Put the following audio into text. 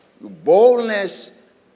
Boldness